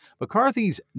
McCarthy's